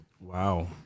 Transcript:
Wow